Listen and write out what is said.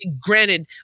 granted